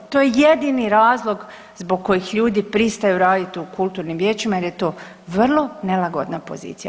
To je jedini razlog zbog kojih ljudi pristaju raditi u kulturnim vijećima jer je to vrlo nelagodna pozicija.